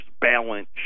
balance